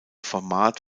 format